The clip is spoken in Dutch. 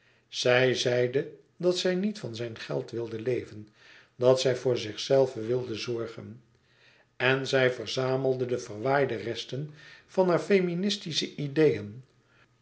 zij zeide dat zij niet van zijn geld wilde leven dat zij voor zichzelve wilde zorgen en zij verzamelde de verwaaide resten van hare feministische ideeën